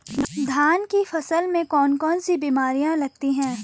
धान की फसल में कौन कौन सी बीमारियां लगती हैं?